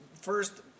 first